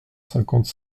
cinquante